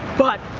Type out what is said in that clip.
but,